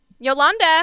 Yolanda